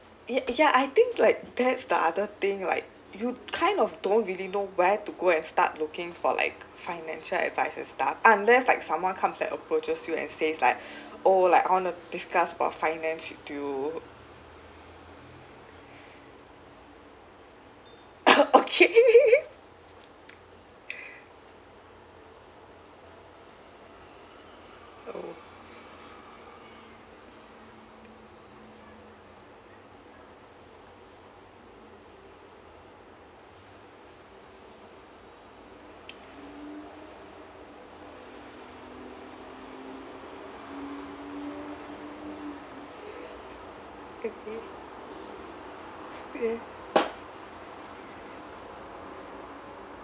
ya ya I think like that's the other thing like you kind of don't really know where to go and start looking for like financial advisors !duh! unless like someone comes and approaches you and says like oh like I want to like discuss finance with you okay oh okay